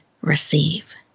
receive